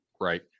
Right